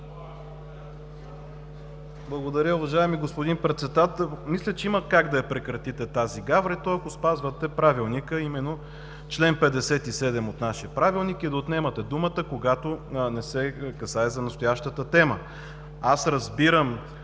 Благодаря, уважаеми господин Председател. Мисля, че има как да прекратите тази гавра, ако спазвахте Правилника, а именно чл. 57 от него, и да отнемате думата, когато не се касае за настоящата тема. Разбирам,